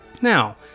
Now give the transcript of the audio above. Now